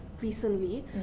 recently